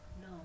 No